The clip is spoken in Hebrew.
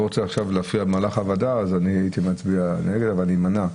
רוצה להפריע למהלך הוועדה אז אני הייתי מצביע נגד אבל אני אמנע,